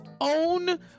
own